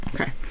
okay